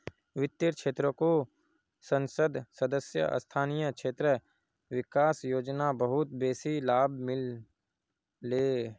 वित्तेर क्षेत्रको संसद सदस्य स्थानीय क्षेत्र विकास योजना बहुत बेसी लाभ मिल ले